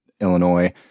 Illinois